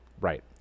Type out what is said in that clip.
Right